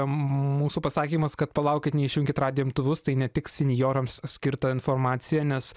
mūsų pasakymas kad palaukit neišjunkit radijo imtuvus tai ne tik senjorams skirta informacija nes